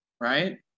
right